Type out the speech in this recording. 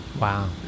Wow